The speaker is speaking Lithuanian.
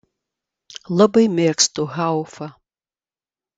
labai mėgstu haufą